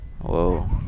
Whoa